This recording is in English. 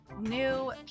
new